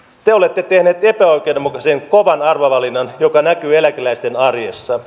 te olette tehneet epäoikeudenmukaisen kovan arvovalinnan joka näkyy eläkeläisten arjessa